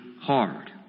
hard